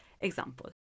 example